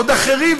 עוד אחרים.